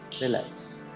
relax